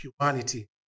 humanity